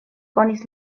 konis